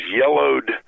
yellowed